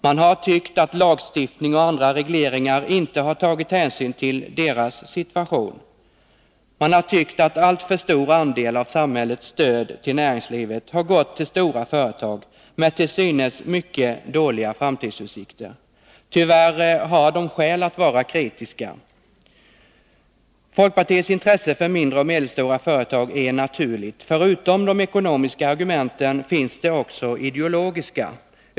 Man har tyckt att lagstiftning och andra regleringar inte har tagit hänsyn till deras situation. Man har tyckt att alltför stor andel av samhällets stöd till näringslivet har gått till stora företag med till synes mycket dåliga framtidsutsikter. Tyvärr har de skäl att vara kritiska! Folkpartiets intresse för mindre och medelstora företag är naturligt. Förutom de ekonomiska argumenten finns det också ideologiska.